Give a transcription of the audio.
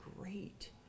great